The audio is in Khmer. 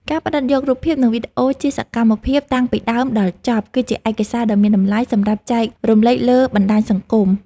ការផ្ដិតយករូបភាព និងវីដេអូនៃសកម្មភាពតាំងពីដើមដល់ចប់ គឺជាឯកសារដ៏មានតម្លៃសម្រាប់ចែករំលែកលើបណ្ដាញសង្គម។